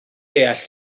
deall